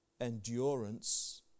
endurance